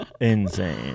insane